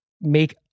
make